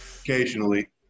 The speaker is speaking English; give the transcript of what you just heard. occasionally